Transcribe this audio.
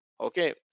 okay